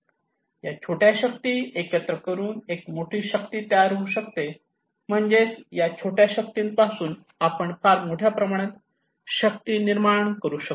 या छोट्या शक्ती एकत्र करून एक मोठी शक्ती तयार होऊ शकते म्हणजेच या छोट्या शक्तींपासून आपण फार मोठ्या प्रमाणात शक्ती निर्माण करू शकतो